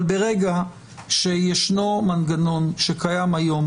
אבל ברגע שישנו מנגנון שקיים היום